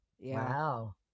Wow